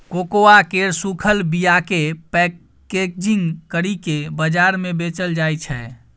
cocoa केर सूखल बीयाकेँ पैकेजिंग करि केँ बजार मे बेचल जाइ छै